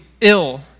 ill